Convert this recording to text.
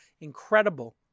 incredible